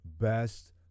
best